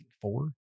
four